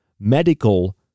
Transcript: medical